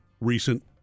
recent